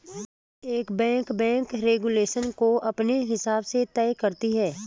हर एक bank bank regulation को अपने हिसाब से तय करती है